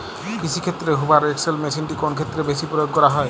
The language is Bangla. কৃষিক্ষেত্রে হুভার এক্স.এল মেশিনটি কোন ক্ষেত্রে বেশি প্রয়োগ করা হয়?